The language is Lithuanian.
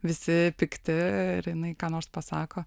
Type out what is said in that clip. visi pikti ir jinai ką nors pasako